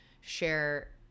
share